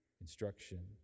instruction